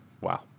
Wow